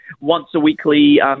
once-a-weekly